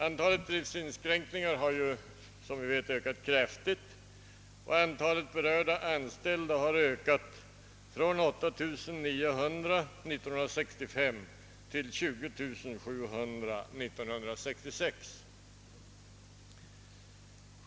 Antalet driftinskränkningar har, som vi alla vet, ökat kraftigt, och antalet berörda anställda bar ökat från 8900 år 1965 till 20 700 år 1966.